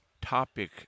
topic